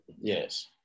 Yes